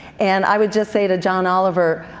and i would just say to john oliver,